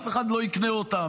אף אחד לא יקנה אותם.